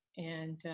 and,